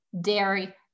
dairy